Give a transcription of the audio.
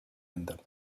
endal